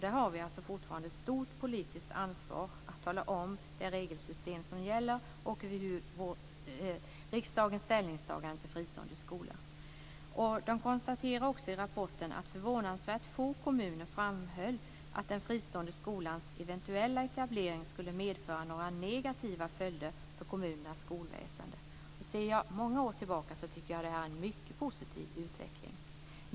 Där har vi fortfarande ett stort politiskt ansvar att tala om vilket regelsystem som gäller och riksdagens ställningstagande till fristående skolor. I rapporten konstateras också att förvånansvärt få kommuner framhöll att den fristående skolans eventuella etablering skulle medföra några negativa följder för kommunernas skolväsende. Om man ser många år tillbaka tycker jag att detta är en mycket positiv utveckling.